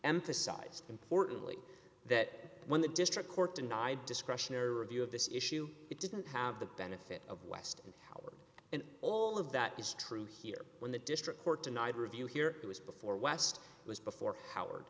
emphasized importantly that when the district court denied discretionary review of this issue it didn't have the benefit of west and now and all of that is true here when the district court denied review here it was before west was before howard